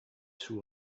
two